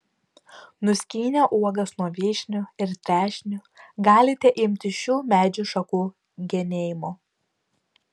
nuskynę uogas nuo vyšnių ir trešnių galite imtis šių medžių šakų genėjimo